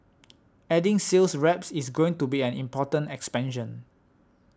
adding sales reps is going to be an important expansion